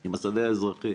עם השדה האזרחי?